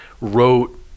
wrote